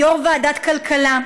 יושב-ראש ועדת כלכלה,